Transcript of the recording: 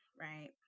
right